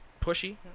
pushy